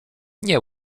nie